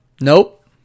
Nope